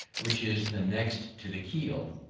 which is the next to the keel.